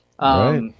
right